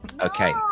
okay